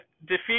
defeat